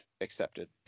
accepted